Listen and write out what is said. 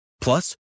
Plus